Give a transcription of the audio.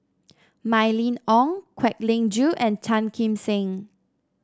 Mylene Ong Kwek Leng Joo and Tan Kim Seng